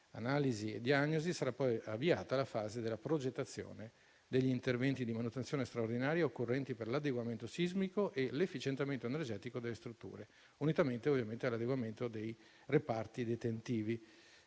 analisi e diagnosi sarà poi avviata la fase della progettazione degli interventi di manutenzione straordinaria occorrenti per l'adeguamento sismico e l'efficientamento energetico delle strutture, unitamente ovviamente all'adeguamento dei reparti detentivi.